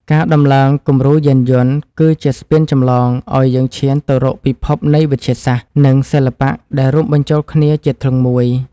ការដំឡើងគំរូយានយន្ត គឺជាស្ពានចម្លងឱ្យយើងឈានទៅរកពិភពនៃវិទ្យាសាស្ត្រ និងសិល្បៈដែលរួមបញ្ចូលគ្នាជាធ្លុងមួយ។